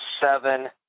seven